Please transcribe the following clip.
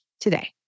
today